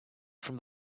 from